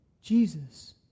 Jesus